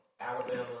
Alabama